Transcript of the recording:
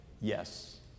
yes